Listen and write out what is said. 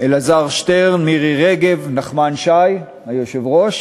אלעזר שטרן, מירי רגב, נחמן שי, היושב-ראש,